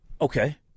Okay